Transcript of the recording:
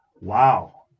Wow